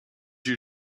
you